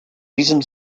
diesem